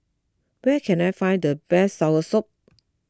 where can I find the best Soursop